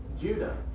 Judah